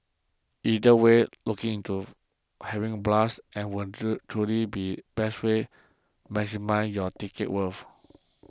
either way looking to having a blast and will truly be the best way to maximising your ticket's worth